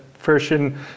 version